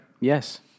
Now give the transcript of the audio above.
yes